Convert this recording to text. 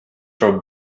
for